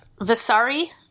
Vasari